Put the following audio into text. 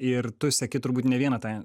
ir tu seki turbūt ne vieną tą